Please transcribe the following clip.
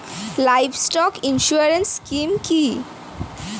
Livestock insurance scheme কি?